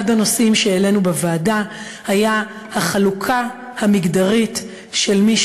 אחד הנושאים שהעלינו בוועדה היה החלוקה המגדרית של מי